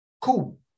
cool